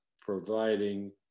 providing